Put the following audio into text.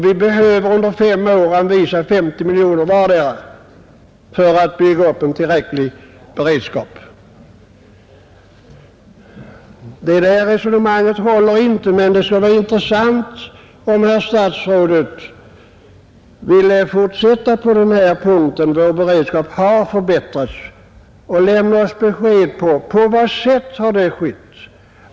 Vi behöver under en femårsperiod anvisa 50 miljoner per år för att bygga upp en tillräcklig beredskap. Resonemanget håller alltså inte, men det skulle vara intressant om herr statsrådet ville fortsätta att tala om detta att vår beredskap har förbättrats och lämna oss besked om på vad sätt det har skett.